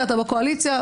בקואליציה אתה בקואליציה,